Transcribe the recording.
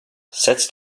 setz